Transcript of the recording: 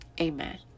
Amen